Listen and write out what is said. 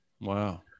wow